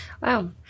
Wow